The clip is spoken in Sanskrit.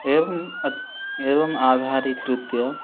एवम् अतः एवम् आधारीकृत्य